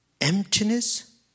emptiness